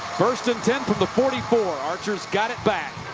first and ten from the forty four. archer's got it back.